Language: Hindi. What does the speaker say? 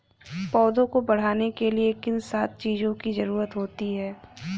पौधों को बढ़ने के लिए किन सात चीजों की जरूरत होती है?